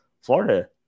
Florida